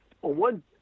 one